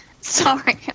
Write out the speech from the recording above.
Sorry